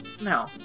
No